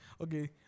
okay